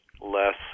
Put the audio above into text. less